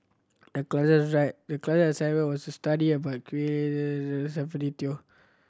the class the class assignment was to study about Gwee Teo